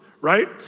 right